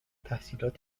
تحصیلات